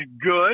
good